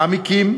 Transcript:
מעמיקים,